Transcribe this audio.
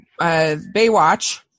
Baywatch